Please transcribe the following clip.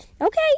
okay